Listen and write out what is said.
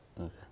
Okay